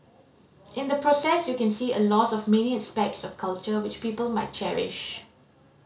in the process you can see a loss of many aspects of culture which people might cherish